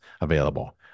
available